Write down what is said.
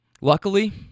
Luckily